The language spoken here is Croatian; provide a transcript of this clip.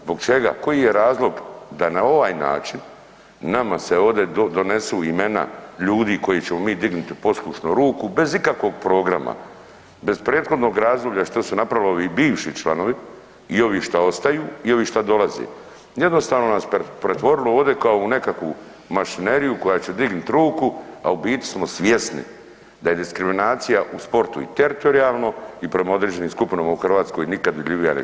Zbog čega, koji je razlog da na ovaj način nama se ovdje donesu imena ljudi koji ćemo mi dignut poslušno ruku bez ikakvog programa, bez prethodnog razdoblja što su napravili ovi bivši članovi i ovi šta ostaju i ovi šta dolaze, jednostavno nas pretvorilo ovdje kao u nekakvu mašineriju koja će dignuti ruku, a u biti smo svjesni da je diskriminacija u sportu i teritorijalno i prema određenim skupinama u Hrvatskoj nikad vidljivija nego sad.